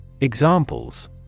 Examples